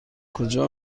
کجا